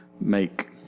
make